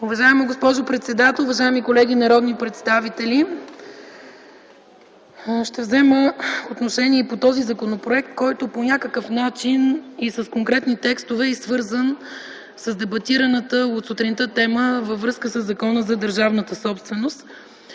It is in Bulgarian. Уважаема госпожо председател, уважаеми колеги народни представители! Ще взема отношение и по този законопроект, който по някакъв начин с конкретни текстове е свързан с дебатираната от сутринта тема във връзка със Закона за държавната собственост.